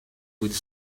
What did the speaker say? with